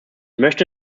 möchte